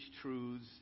truths